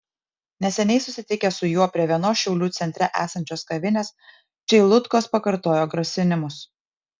neseniai susitikę su juo prie vienos šiaulių centre esančios kavinės čeilutkos pakartojo grasinimus